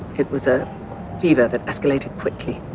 it was a fever that escalated quickly.